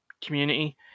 community